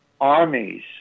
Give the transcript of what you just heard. armies